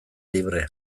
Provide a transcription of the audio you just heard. librea